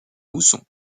mousson